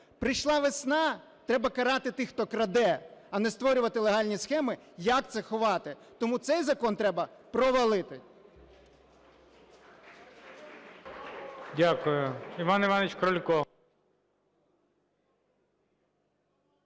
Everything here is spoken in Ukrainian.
Прийшла весна - треба карати тих, хто краде, а не створювати легальні схеми як це ховати. Тому цей закон треба провалити.